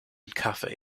cafe